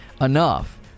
enough